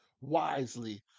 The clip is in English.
wisely